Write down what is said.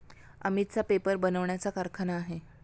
अमितचा पेपर बनवण्याचा कारखाना आहे